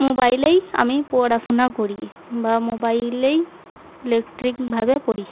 মোবাইলেই আমি পড়াশোনা করি বা মোবাইলেই ইলেকট্রিকভাবে পড়ি